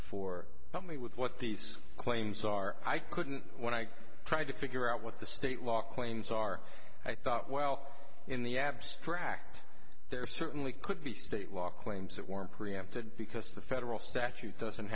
for me with what these claims are i couldn't when i tried to figure out what the state law claims are i thought well in the abstract there certainly could be claims that were preempted because the federal statute doesn't